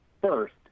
First